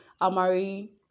Amari